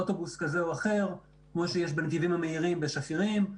אוטובוס כזה או אחר כמו שיש בנתיבים המהירים בשפירים,